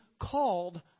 called